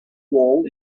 role